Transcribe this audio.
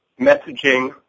messaging